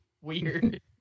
weird